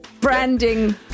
branding